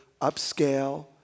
upscale